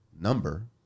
number